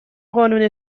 قانون